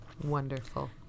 wonderful